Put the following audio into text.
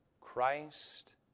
Christ